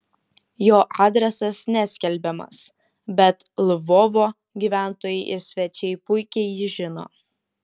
jo adresas neskelbiamas bet lvovo gyventojai ir svečiai puikiai jį žino